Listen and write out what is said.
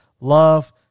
love